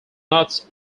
nuts